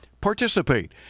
participate